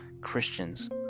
Christians